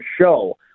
show